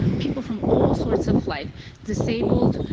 people from all sorts of life disabled,